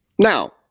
Now